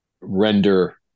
render